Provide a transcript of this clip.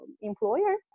employer